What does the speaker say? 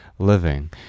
living